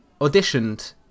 auditioned